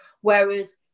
Whereas